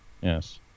yes